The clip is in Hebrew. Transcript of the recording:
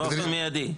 במיידי.